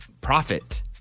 profit